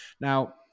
now